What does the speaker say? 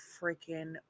freaking